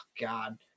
god